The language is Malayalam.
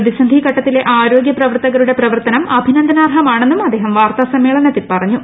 പ്രതിസന്ധി ഘട്ടത്തില്ലീ ആരോഗൃപ്രവർത്തകരുടെ പ്രവർത്തനം അഭിനന്ദനാർഹമാണെന്നും അദ്ദേഹം വാർത്താ സമ്മേളനത്തിൽ പറഞ്ഞു